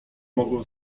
mogą